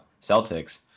Celtics